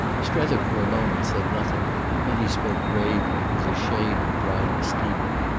strether for a moment said nothing then he spoke gravely, with his shade of dryness deepened.